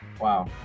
Wow